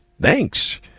Thanks